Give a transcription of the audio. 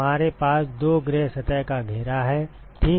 हमारे पास दो ग्रे सतह का घेरा है ठीक